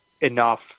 enough